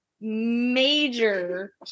major